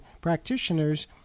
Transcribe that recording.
practitioners